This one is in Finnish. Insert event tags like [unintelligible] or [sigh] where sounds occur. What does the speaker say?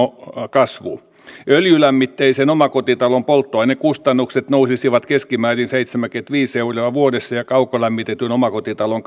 kasvu öljylämmitteisen omakotitalon polttoainekustannukset nousisivat keskimäärin seitsemänkymmentäviisi euroa vuodessa ja kaukolämmitetyn omakotitalon [unintelligible]